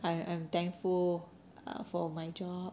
I I'm thankful for my job